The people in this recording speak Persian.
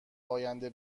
آینده